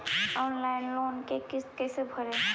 Online loan के किस्त कैसे भरे?